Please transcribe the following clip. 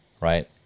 right